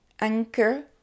Anchor